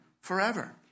forever